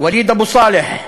וליד אבו סאלח,